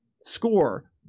score